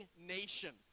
nation